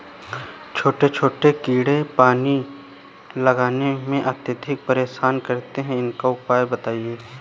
छोटे छोटे कीड़े पानी लगाने में अत्याधिक परेशान करते हैं इनका उपाय बताएं?